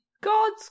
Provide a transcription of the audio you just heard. god's